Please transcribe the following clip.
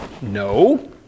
No